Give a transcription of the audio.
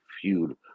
feud